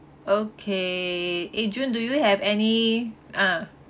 okay eh june do you have any ah